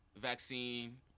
vaccine